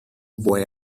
boy